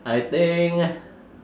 I think